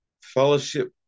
Fellowship